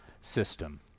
system